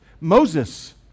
Moses